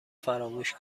فراموش